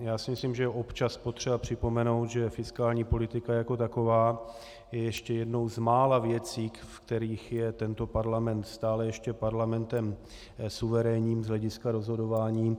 Já myslím, že je občas potřeba připomenout, že fiskální politika jako taková je ještě jednou z mála věcí, kterou je tento parlament stále ještě parlamentem suverénním z hlediska rozhodování.